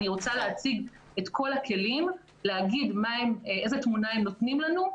אני רוצה להציג את כל הכלים ולומר איזו תמונה הם נותנים לנו.